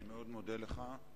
אני מאוד מודה לך.